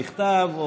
בכתב,